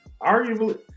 Arguably